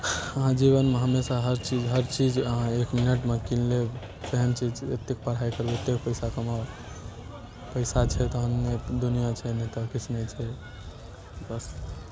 अहाँ जीवनमे हमेशा हर चीज अहाँ एक मिनटमे कीन लेब तेहन चीज एते पढ़ाइ करू एते पैसा कमाउ पैसा छै तहन दुनिआ छै नहि तऽ किछु नहि छै बस